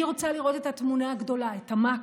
אני רוצה לראות את התמונה הגדולה, את המקרו,